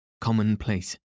commonplace